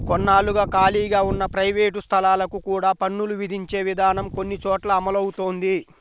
కొన్నాళ్లుగా ఖాళీగా ఉన్న ప్రైవేట్ స్థలాలకు కూడా పన్నులు విధించే విధానం కొన్ని చోట్ల అమలవుతోంది